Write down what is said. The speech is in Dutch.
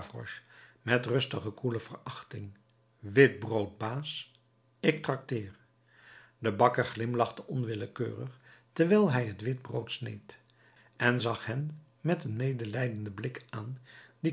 met rustige koele verachting wit brood baas ik trakteer de bakker glimlachte onwillekeurig terwijl hij het wit brood sneed en zag hen met een medelijdenden blik aan